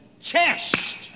chest